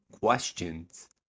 questions